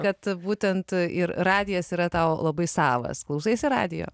kad būtent ir radijas yra tau labai savas klausaisi radijo